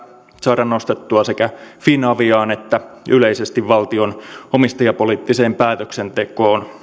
saada nostettua sekä finaviaan että yleisesti valtion omistajapoliittiseen päätöksentekoon